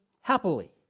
happily